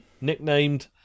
nicknamed